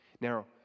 Now